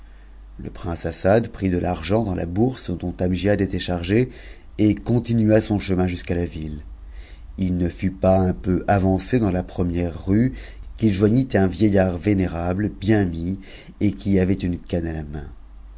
le prince assad prit de l'argent dans la bourse dont amgiad était chargé et continua son chemin jusqu'à la ville h ne fut pas uu peu avance dans la première rue qu'il joignit un vieillard vénérable bien mis rt qui avait une canne à la main